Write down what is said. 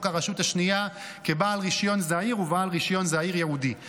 הרשות השנייה כבעל רישיון זעיר ובעל רישיון זעיר ייעודי.